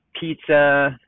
pizza